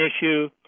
issue